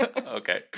okay